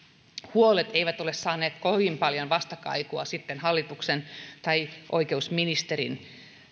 huolet eivät ole saaneet kovin paljon vastakaikua sitten hallituksen tai oikeusministerin